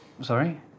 sorry